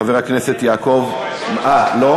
חבר הכנסת יעקב, איננו.